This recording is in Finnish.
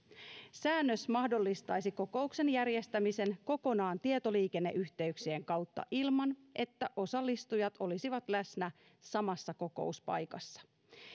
säännös mahdollistaisi kokouksen järjestämisen kokonaan tietoliikenneyhteyksien kautta ilman että osallistujat olisivat läsnä samassa kokouspaikassa